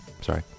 sorry